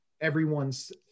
everyone's